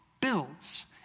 builds